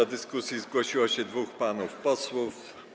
Do dyskusji zgłosiło się dwóch panów posłów.